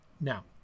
Now